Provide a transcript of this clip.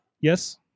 yes